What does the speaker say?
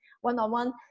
one-on-one